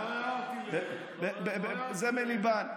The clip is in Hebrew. זה מליבן.